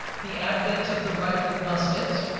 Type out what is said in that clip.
the advent of the rifled musket,